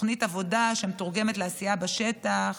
תוכנית עבודה שמתורגמת לעשייה בשטח.